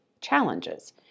challenges